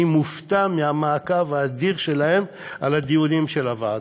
אני מופתע מהמעקב האדיר שלהם אחר הדיונים של הוועדה.